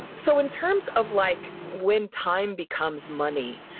so in terms of like when time becomes money,